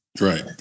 Right